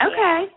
Okay